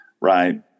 right